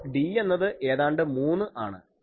അപ്പോൾ D എന്നത് ഏതാണ്ട് 3 ആണ്